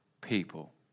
people